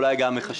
אולי גם אכשל,